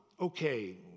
okay